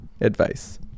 advice